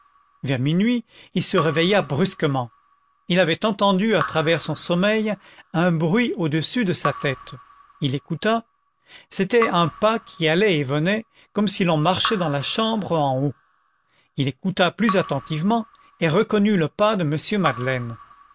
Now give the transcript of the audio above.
vers minuit il se réveilla brusquement il avait entendu à travers son sommeil un bruit au-dessus de sa tête il écouta c'était un pas qui allait et venait comme si l'on marchait dans la chambre en haut il écouta plus attentivement et reconnut le pas de m madeleine